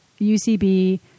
UCB